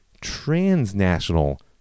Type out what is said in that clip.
transnational